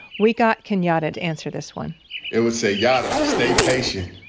we got kenyatta to answer this one it would say, yatta, stay patient.